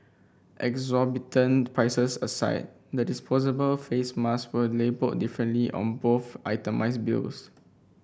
exorbitant prices aside the disposable face mask were labelled differently on both itemised bills